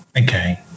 okay